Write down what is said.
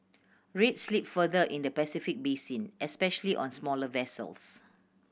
rates slipped further in the Pacific basin especially on smaller vessels